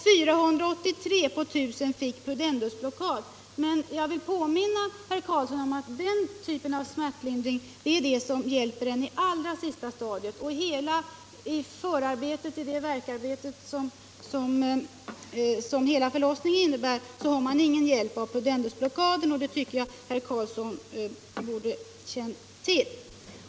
483 på 1000 kvinnor fick pudendusblockad, men jag vill påminna herr Karlsson i Huskvarna om att den typen av smärtlindring är den som hjälper i allra sista stadiet. Under hela det värkarbete som förlossningen innebär har man ingen hjälp av pudendusblockaden och det tycker jag herr Karlsson borde känna till.